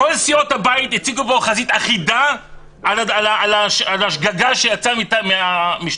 כל סיעות הבית הציגו פה חזית אחידה על השגגה שיצאה מהמשטרה.